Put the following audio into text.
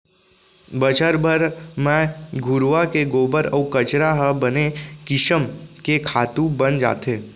बछर भर म घुरूवा के गोबर अउ कचरा ह बने किसम के खातू बन जाथे